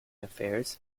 affairs